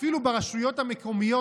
אפילו ברשויות המקומיות,